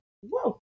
whoa